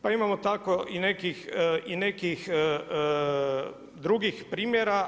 Pa imamo tako i nekih drugih primjera.